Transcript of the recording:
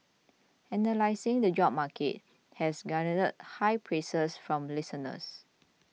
analysing the job market has garnered high praise from listeners